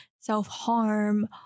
self-harm